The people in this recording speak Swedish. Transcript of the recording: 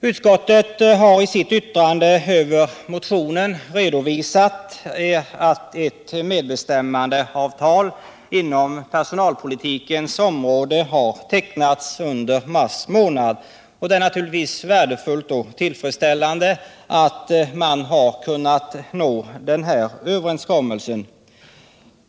Utskottet har i sitt yttrande över motionen redovisat att ett medbestämmandeavtal på personalpolitikens område har tecknats under mars månad. Det är naturligtvis värdefullt och tillfredsställande att man har kunnat nå en överenskommelse.